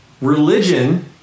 religion